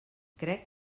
crec